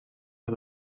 que